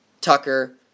Tucker